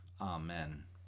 Amen